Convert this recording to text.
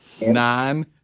nine